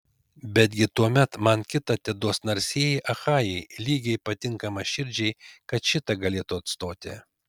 betgi tuomet man kitą teduos narsieji achajai lygiai patinkamą širdžiai kad šitą galėtų atstoti